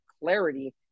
clarity